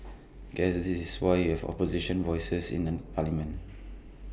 guess this is why we have opposition voices in an parliament